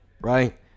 right